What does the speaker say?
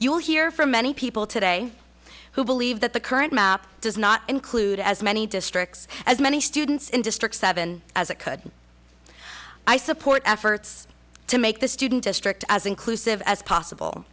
will hear from many people today who believe that the current map does not include as many districts as many students in districts seven as it could i support efforts to make the student district as inclusive as possible